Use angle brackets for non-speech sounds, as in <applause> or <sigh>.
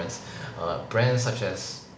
brands <breath> err brands such as